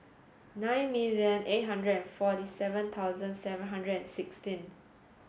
nine million eight hundred and forty seven thousand seven hundred and sixteen